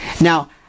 Now